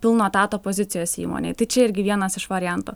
pilno etato pozicijos įmonėj tai čia irgi vienas iš varianto